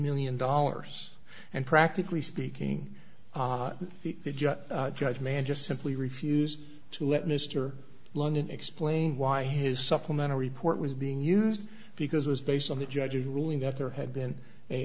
million dollars and practically speaking the judge judge man just simply refused to let mr longdon explain why his supplemental report was being used because it was based on the judge's ruling that there had been a